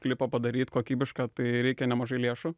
klipą padaryt kokybišką tai reikia nemažai lėšų